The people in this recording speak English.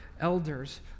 Elders